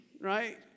right